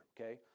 okay